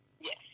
yes